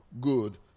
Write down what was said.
good